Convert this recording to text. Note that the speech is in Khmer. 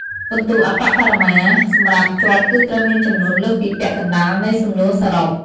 ពិន្ទុអប្បបរមាសម្រាប់ជាប់គឺត្រូវមានចំនួនលើសពីពាក់កណ្ដាលនៃសំណួរសរុប។